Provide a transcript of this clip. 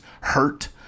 hurt